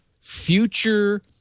future